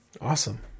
Awesome